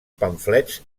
pamflets